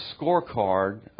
scorecard